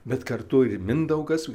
bet kartu ir mindaugas